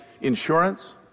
insurance